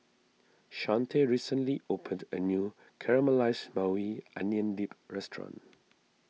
Shante recently opened a new Caramelized Maui Onion Dip restaurant